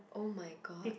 oh-my-god